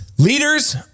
Leaders